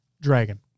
Dragon